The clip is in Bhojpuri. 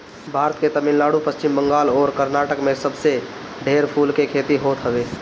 भारत के तमिलनाडु, पश्चिम बंगाल अउरी कर्नाटक में सबसे ढेर फूल के खेती होत हवे